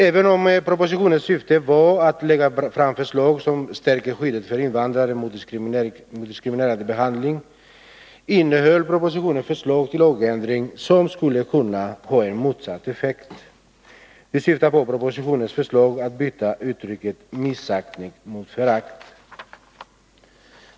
Även om propositionens syfte var att lägga fram förslag som stärker skyddet för invandrare mot diskriminerande behandling, innehöll propositionen förslag till lagändring som skulle kunna ha en motsatt effekt. Jag syftar på propositionens förslag att byta uttrycket missaktning mot ordet förakt.